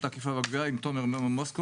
האכיפה והגבייה עם תומר מוסקוביץ'.